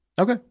Okay